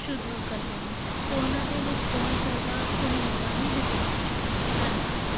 ਸ਼ੁਰੂ ਕਰਦੇ ਹਨ ਅਤੇ ਉਹਨਾਂ ਦੇ ਵਿੱਚ ਬਹੁਤ ਜ਼ਿਆਦਾ ਸਹੂਲਤਾਂ ਵੀ ਦਿੱਤੀਆਂ ਜਾਂਦੀਆਂ ਹਨ ਧੰਨਵਾਦ